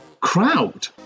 crowd